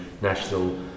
national